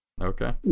okay